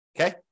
Okay